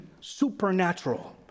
supernatural